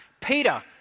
Peter